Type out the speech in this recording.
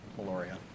Meloria